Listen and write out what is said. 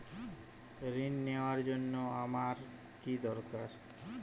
ঋণ নেওয়ার জন্য আমার কী দরকার?